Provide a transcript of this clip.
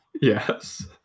Yes